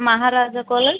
Maharaja college